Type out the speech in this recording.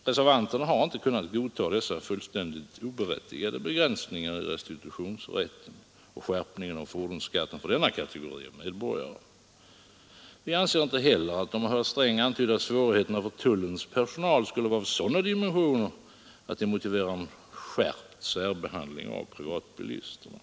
Reservanterna har inte kunnat godta dessa fullständigt oberättigade begränsningar i restitutionsrätten och skärpningen av fordonsskatten för denna kategori av medborgare. Vi anser inte heller att de av herr Sträng antydda svårigheterna för tullens personal skulle vara av sådana dimensioner att de motiverar en skärpt särbehandling av privatbilisterna.